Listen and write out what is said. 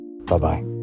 Bye-bye